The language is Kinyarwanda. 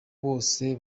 bose